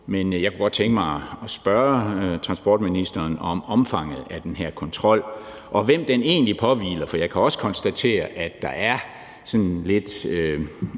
Men jeg kunne godt tænke mig at spørge transportministeren om omfanget af den her kontrol, og hvem den egentlig påhviler. For jeg kan også konstatere, at man skyder lidt